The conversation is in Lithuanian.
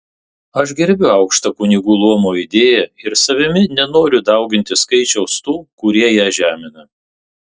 aš gerbiu aukštą kunigų luomo idėją ir savimi nenoriu dauginti skaičiaus tų kurie ją žemina